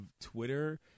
Twitter